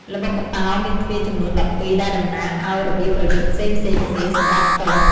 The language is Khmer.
ល្បុក្កតោមាន ទ្វារ ចំនួន ១២ ដែលតំណាងឱ្យរបៀបប្រយុទ្ធផ្សេងៗគ្នាសម្រាប់ទ័ព។